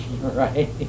right